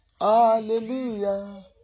Hallelujah